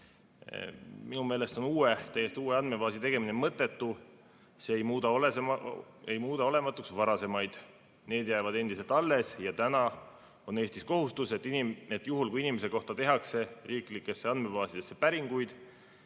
Minu meelest on täiesti uue andmebaasi tegemine mõttetu, see ei muuda olematuks varasemaid, need jäävad endiselt alles. Eestis on kohustus, et juhul kui inimese kohta tehakse riiklikesse andmebaasidesse päringuid,